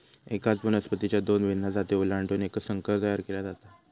एकाच वनस्पतीच्या दोन भिन्न जाती ओलांडून एक संकर तयार केला जातो